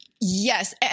Yes